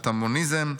את המוניזם: